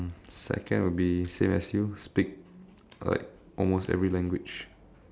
second will be same as you speak like almost every language